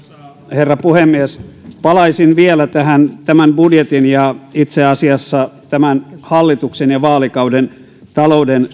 herra puhemies palaisin vielä tämän budjetin ja itse asiassa tämän hallituksen ja vaalikauden talouden